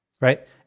right